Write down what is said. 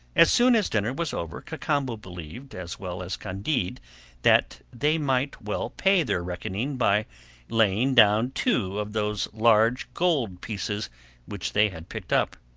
as soon as dinner was over, cacambo believed as well as candide that they might well pay their reckoning by laying down two of those large gold pieces which they had picked up.